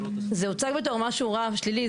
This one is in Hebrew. זה הוצג בתור משהו רגע, שלילי.